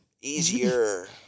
Easier